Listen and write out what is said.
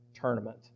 tournament